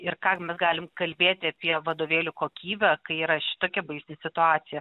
ir ką mes galim kalbėti apie vadovėlių kokybę kai yra šitokia baisi situacija